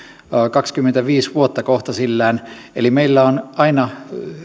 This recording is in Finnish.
kaksikymmentäviisi vuotta kohtsillään eli meillä on aina